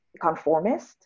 conformist